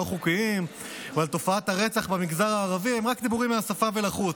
הלא-חוקיים ועל תופעת הרצח במגזר הערבי הם רק דיבורים מהשפה אל החוץ,